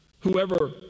Whoever